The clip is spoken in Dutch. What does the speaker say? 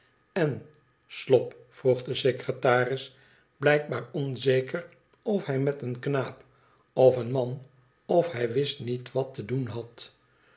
in slop vroeg de secretaris blijkbaar onzeker of hij met een knaap of een man of hij wist niet wat te doen had